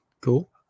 cool